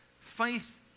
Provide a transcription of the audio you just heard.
Faith